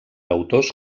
autors